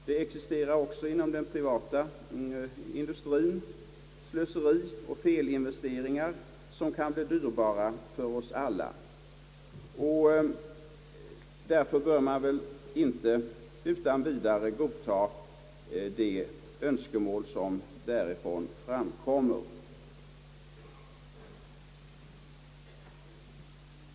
Det existerar även inom den privata industrien slöseri och felinvesteringar som kan bli dyrbara för oss alla. Därför bör vi väl inte utan vidare godta de önskemål som kommer därifrån.